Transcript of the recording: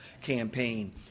campaign